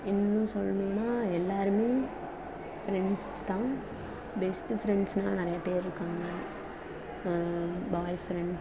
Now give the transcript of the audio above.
இன்னும் சொல்லணும்னா எல்லோருமே ஃப்ரெண்ட்ஸ் தான் பெஸ்ட்டு ஃப்ரெண்ட்ஸுன்னா நிறைய பேர் இருக்காங்க பாய் ஃப்ரெண்ட்